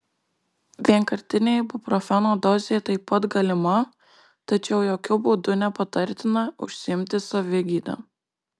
vienkartinė ibuprofeno dozė taip pat galima tačiau jokiu būdu nepatartina užsiimti savigyda